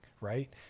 right